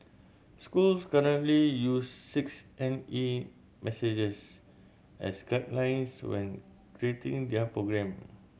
schools currently use six N E messages as guidelines when creating their programme